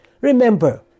Remember